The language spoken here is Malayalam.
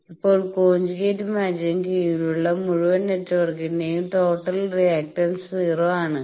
ഇപ്പോൾ കോഞ്ചുഗേറ്റ് മാച്ചിങ്ന് കീഴിലുള്ള മുഴുവൻ നെറ്റ്വർക്കിന്റെയും ടോട്ടൽ റിയാക്റ്റൻസ് 0 ആണ്